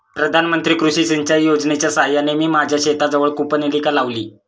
प्रधानमंत्री कृषी सिंचाई योजनेच्या साहाय्याने मी माझ्या शेताजवळ कूपनलिका लावली